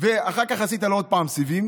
אחר כך עשית לו עוד פעם סיבים,